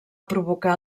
provocar